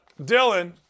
Dylan